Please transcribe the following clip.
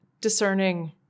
discerning